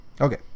Okay